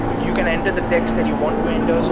you can enter the text that you want to and so